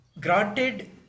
granted